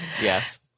Yes